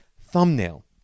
thumbnail